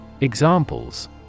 Examples